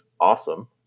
awesome